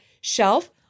shelf